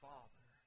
Father